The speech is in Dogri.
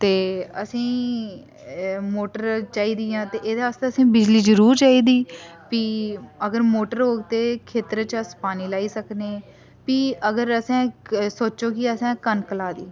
ते असेंगी मोटर चाहिदियां ते एह्दै आस्तै असेंगी बिजली जरूर चाहिदी फ्ही अगर मोटर होग ते खेत्तरै च अस पानी लाई सकने फ्ही अगर असें सोचो कि असें कनक लाई दी